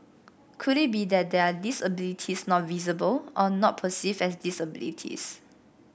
could it be that there are disabilities not visible or not perceived as disabilities